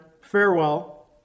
farewell